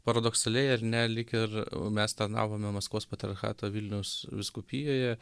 paradoksaliai ar ne lyg ir mes tarnavome maskvos patriarchato vilniaus vyskupijoje